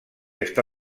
està